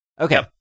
Okay